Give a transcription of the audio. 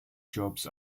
jobs